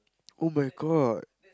[oh]-my-god